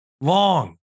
long